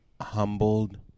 humbled